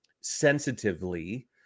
sensitively